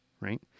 right